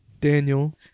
daniel